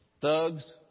thugs